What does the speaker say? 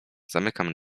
zamykam